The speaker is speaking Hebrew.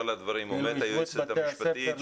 השוו את בתי הספר לבתי עסק?